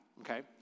okay